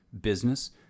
business